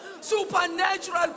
supernatural